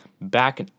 back